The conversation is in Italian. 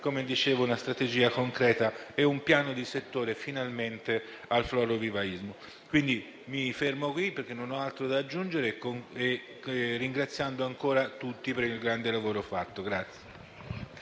a definire una strategia concreta e un piano di settore per il florovivaismo. Mi fermo qui perché non ho altro da aggiungere, ringraziando ancora tutti per il grande lavoro fatto.